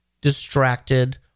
distracted